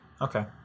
Okay